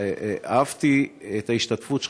אהבתי את ההשתתפות שלך,